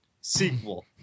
sequel